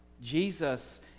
Jesus